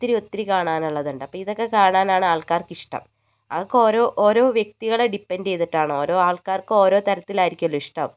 ഒത്തിരി ഒത്തിരി കാണാനുള്ളത് ഉണ്ട് അപ്പോൾ ഇതൊക്കെ കാണാനാണ് ആൾക്കാർക്ക് ഇഷ്ടം അതൊക്കെ ഓരോ ഓരോ വ്യക്തികളെ ഡിപെൻഡ് ചെയ്തിട്ടാണ് ഓരോ ആൾക്കാർക്ക് ഓരോ തരത്തിൽ ആയിരിക്കുമല്ലോ ഇഷ്ടം